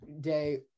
day